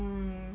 mm